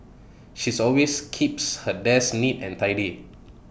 she's always keeps her desk neat and tidy